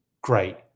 Great